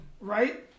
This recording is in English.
Right